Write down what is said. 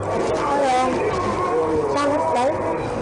אני חושבת שהדיון הזה הוא חיוני,